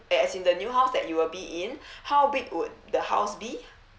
as in the new house that you will be in how big would the house be